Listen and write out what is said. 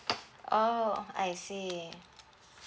oh I see